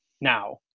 now